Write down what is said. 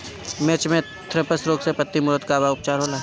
मिर्च मे थ्रिप्स रोग से पत्ती मूरत बा का उपचार होला?